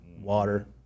water